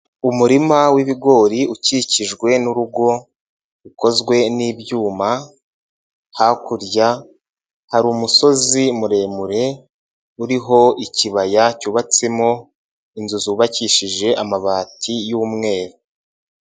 Umurima w'ibigori ukikijwe n'urugo rukozwe n'ibyuma, hakurya hari umusozi muremure uriho ikibaya cyubatsemo inzu zubakishije amabati y'umweru.